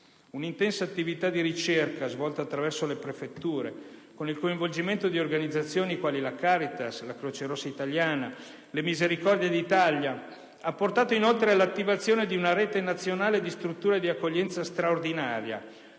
Un'intensa attività di ricerca svolta attraverso le prefetture, con il coinvolgimento di organizzazioni quali la Caritas, la Croce rossa Italiana, le Misericordie d'Italia, ha portato inoltre all'attivazione di una rete nazionale di strutture di accoglienza straordinaria,